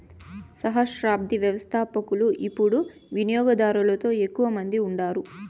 సహస్రాబ్ది వ్యవస్థపకులు యిపుడు వినియోగదారులలో ఎక్కువ మంది ఉండారు